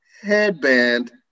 headband